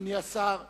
אדוני השר,